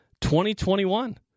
2021